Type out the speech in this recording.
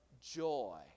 joy